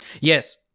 Yes